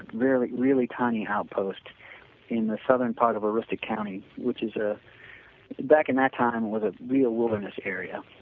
a really, really tiny outpost in the southern part of the aroostook county, which is ah back in that time was a real wilderness area.